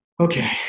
Okay